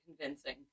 convincing